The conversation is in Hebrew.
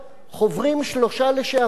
חוברים שלושה "לשעברים",